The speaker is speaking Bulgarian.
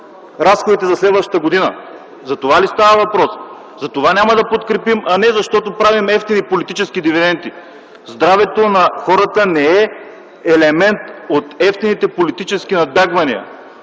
разходите за следващата година? Затова ли става въпрос? Затова няма да подкрепим, а не защото правим евтини политически дивиденти. Здравето на хората не е елемент от евтините политически надбягвания.